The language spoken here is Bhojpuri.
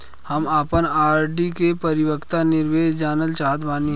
हम आपन आर.डी के परिपक्वता निर्देश जानल चाहत बानी